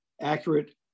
accurate